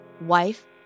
wife